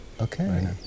Okay